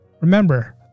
Remember